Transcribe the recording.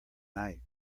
night